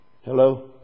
Hello